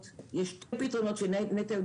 הדבר השני הוא חסימת נגישות למידע טכני למכללות